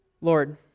Lord